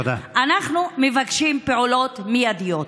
אנחנו מבקשים פעולות מיידיות.